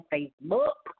Facebook